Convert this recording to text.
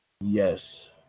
Yes